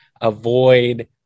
avoid